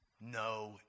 No